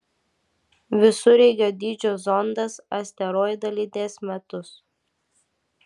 visureigio dydžio zondas asteroidą lydės metus